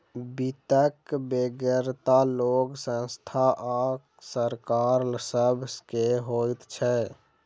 वित्तक बेगरता लोक, संस्था आ सरकार सभ के होइत छै